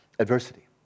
Adversity